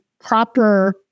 proper